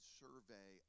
survey